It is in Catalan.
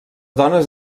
dones